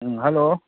ꯎꯝ hello